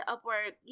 Upwork